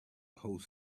hoist